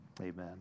amen